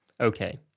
Okay